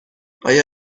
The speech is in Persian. آیا